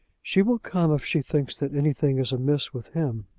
she will come if she thinks that anything is amiss with him.